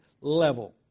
level